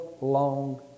long